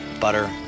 Butter